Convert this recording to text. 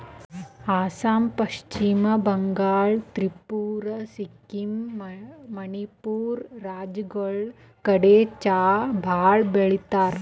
ಅಸ್ಸಾಂ, ಪಶ್ಚಿಮ ಬಂಗಾಳ್, ತ್ರಿಪುರಾ, ಸಿಕ್ಕಿಂ, ಮಣಿಪುರ್ ರಾಜ್ಯಗಳ್ ಕಡಿ ಚಾ ಭಾಳ್ ಬೆಳಿತಾರ್